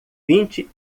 vinte